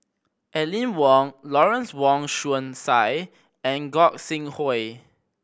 Aline Wong Lawrence Wong Shyun Tsai and Gog Sing Hooi